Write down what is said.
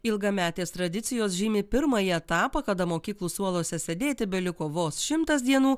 ilgametės tradicijos žymi pirmąjį etapą kada mokyklų suoluose sėdėti beliko vos šimtas dienų